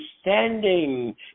standing